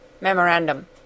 Memorandum